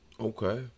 Okay